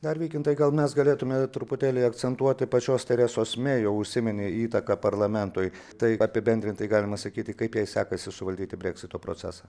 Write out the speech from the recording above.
dar vykintai gal mes galėtume truputėlį akcentuoti pačios teresos mei jau užsiminei įtaką parlamentui tai apibendrintai galima sakyti kaip jai sekasi suvaldyti breksito procesą